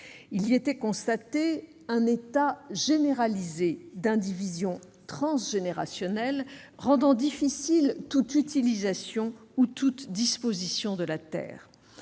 Il y était fait le constat d'un état généralisé d'indivision transgénérationnelle, rendant difficile toute utilisation ou disposition de la terre.